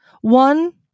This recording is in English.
One